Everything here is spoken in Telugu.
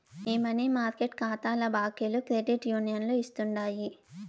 ఈ మనీ మార్కెట్ కాతాల బాకీలు క్రెడిట్ యూనియన్లు ఇస్తుండాయి